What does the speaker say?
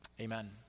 Amen